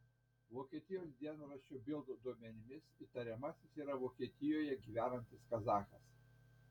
vokietijos dienraščio bild duomenimis įtariamasis yra vokietijoje gyvenantis kazachas